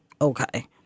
Okay